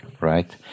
right